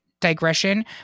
digression